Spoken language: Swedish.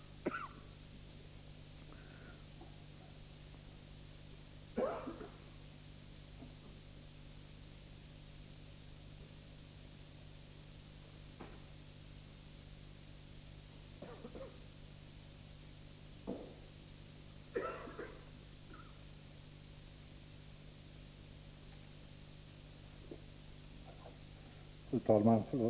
Fru talman!